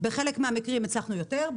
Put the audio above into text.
בחלק מהמקרים הצלחנו יותר,